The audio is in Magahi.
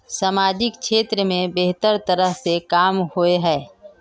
सामाजिक क्षेत्र में बेहतर तरह के काम होय है?